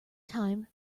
time